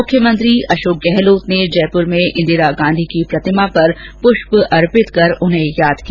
मुख्यमंत्री अशोक गहलोत ने आज जयपुर में इंदिरा गांधी की प्रतिमा पर पुष्प अर्पित कर उन्हे याद किया